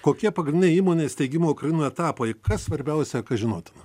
kokie pagrindiniai įmonės steigimo ukrainoje etapai kas svarbiausia kas žinotina